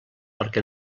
perquè